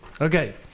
Okay